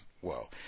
whoa